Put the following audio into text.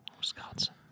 Wisconsin